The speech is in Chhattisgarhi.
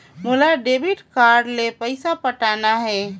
मोला डेबिट कारड ले पइसा पटाना हे?